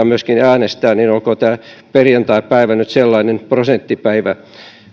myöskin äänestää joten olkoon tämä perjantaipäivä nyt sellainen prosenttipäivä ja